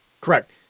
Correct